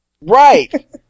Right